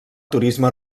turisme